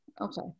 Okay